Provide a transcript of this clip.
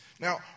Now